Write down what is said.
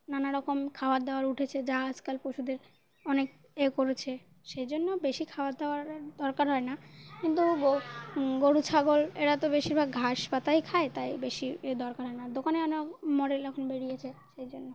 নানারকম খাবার দাবার উঠেছে যা আজকাল পশুদের অনেক ইয়ে করেছে সেই জন্য বেশি খাবার দাবার দরকার হয় না কিন্তু গো গরু ছাগল এরা তো বেশিরভাগ ঘাস পাতাই খায় তাই বেশি এ দরকার হয় না দোকানে অনেক মডেল এখন বেরিয়েছে সেই জন্য